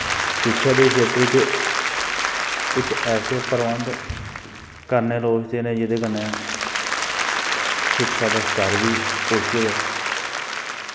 शिक्षा दे खेत्तर च कुछ ऐसे प्रबंध करने लोड़चदे न जेह्दे कन्नै शिक्षा दा स्तर बी उच्चा होऐ